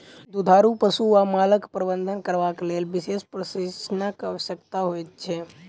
दुधारू पशु वा मालक प्रबंधन करबाक लेल विशेष प्रशिक्षणक आवश्यकता होइत छै